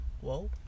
Whoa